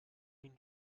been